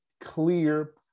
clear